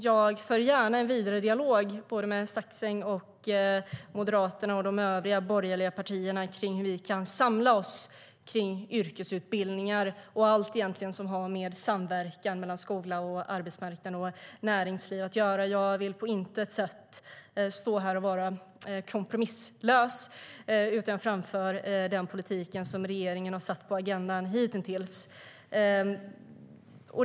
Jag för gärna en vidare dialog med Staxäng och Moderaterna och de övriga borgerliga partierna om hur vi kan samla oss kring yrkesutbildningar och allt som har med samverkan mellan skola, arbetsmarknad och näringsliv att göra. Jag vill på intet sätt stå här och vara kompromisslös, utan jag framför den politik som regeringen har satt på agendan hitintills.